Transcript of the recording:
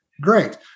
great